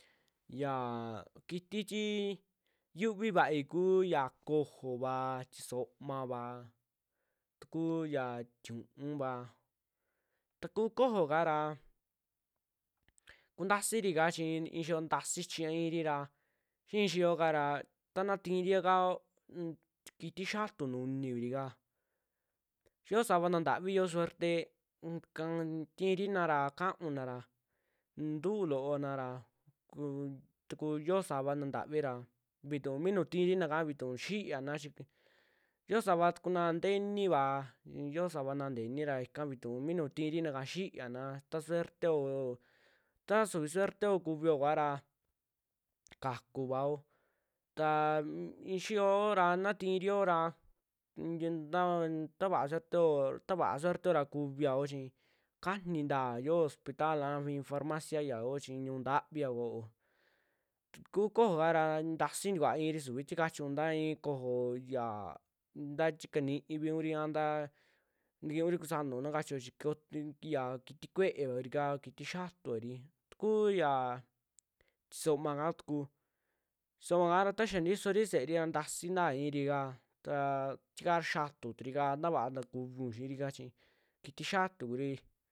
Yaa kiti tii yuuvi vaai kuu tii y kojoo va, tisomava tukuu tiñuuva, ta kuu kojoo kaara kuntasiiri kaa chi i'ixio ntasii chiña iiri ra xii i'in xiyoo kara, tana tirikaao un tikiti xiaatu nuni kurika, xiyoo sava naa ntavii xiyoo suerte unka tiirii nara ra kaau'un nara ntu'u loo nara ku tuku yoo savana ntavira vituu nuu tiirina ka ntuu xiiana chi yoosava tukuna nteenivaa xioo savana nteeni, ra ika vituu mi nuu tiirinaka xiiaana ta suerteo, ta suvi suerteo kuvio kuara kakuvao, ta i'i xiyoo yora ta na tiitio ra un- ya- ta taa vaa suerteo, ta vaa suerteo kuviao chii kaniinta yoo hospital a i'i farmacia ya yoo chi ñuu ntaviaa kua yoo tuku kojoo kaara ntasii ntikuaa iri su suvi ti chachiun nta i'i kojoo ya nta tii kanii vinkuri, an taa ntikiiunri kusanau naa kachio chi kotiya ya kitii kuue'e va kurika, kitii xiiatua kuri, tukuu yaa tasooma kaa tuku, tisooma kara ta xaa ntisoori se'eri ntasii ntaa irika ta ya tikaa xaatu turi kaa tavaa ntakuviun xiirika chi kitii xiatuu kuri